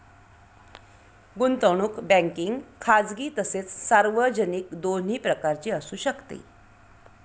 गुंतवणूक बँकिंग खाजगी तसेच सार्वजनिक दोन्ही प्रकारची असू शकते